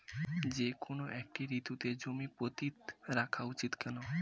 যেকোনো একটি ঋতুতে জমি পতিত রাখা উচিৎ কেন?